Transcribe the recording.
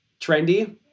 trendy